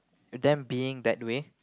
them being that way